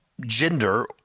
gender